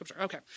Okay